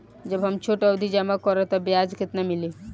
जब हम छोटी अवधि जमा करम त ब्याज केतना मिली?